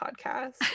podcast